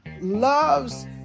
loves